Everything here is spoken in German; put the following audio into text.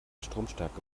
stromstärke